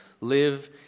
live